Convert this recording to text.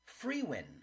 Freewin